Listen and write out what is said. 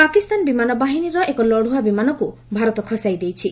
ପାକିସ୍ତାନ ବିମାନ ବାହିନୀର ଏକ ଲଢୁଆ ବିମାନକୁ ଭାରତ ଖସାଇ ଦେଇଛି